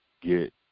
get